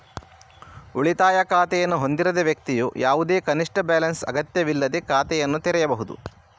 ಉಳಿತಾಯ ಖಾತೆಯನ್ನು ಹೊಂದಿರದ ವ್ಯಕ್ತಿಯು ಯಾವುದೇ ಕನಿಷ್ಠ ಬ್ಯಾಲೆನ್ಸ್ ಅಗತ್ಯವಿಲ್ಲದೇ ಖಾತೆಯನ್ನು ತೆರೆಯಬಹುದು